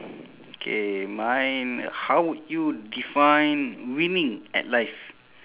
K mine how would you define winning at life